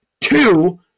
Two